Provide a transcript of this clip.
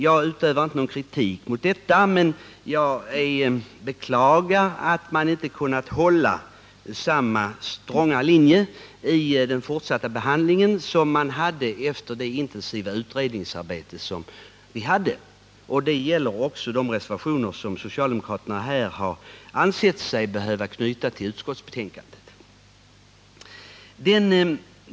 Jag utövar inte någon kritik mot detta, men jag beklagar att man inte kunnat hålla samma stronga linje i den fortsatta behandlingen som man hade efter det intensiva utredningsarbete som skett. Detta gäller också de reservationer som socialdemokraterna här har ansett sig behöva knyta till utskottsbetänkandet.